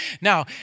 Now